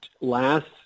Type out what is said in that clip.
last